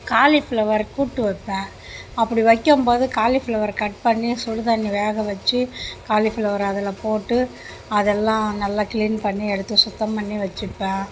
cauliflower கூட்டு வப்பேன் அப்படி வைக்கம்போது காலிஃப்ளவர் கட் பண்ணி சுடு தண்ணி வேக வச்சி காலிஃப்ளவரை அதில் போட்டு அதெல்லாம் நல்லா கிளீன் பண்ணி எடுத்து சுத்தம் பண்ணி வச்சிப்பேன்